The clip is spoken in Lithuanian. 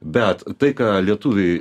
bet tai ką lietuviai